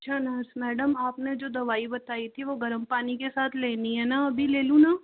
अच्छा nurse madam आपने जो दवाई बताई थी वो गर्म पानी के साथ लेनी है न अभी ले लूँ न